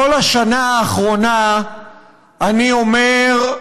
כל השנה האחרונה אני אומר: